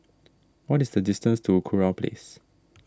what is the distance to Kurau Place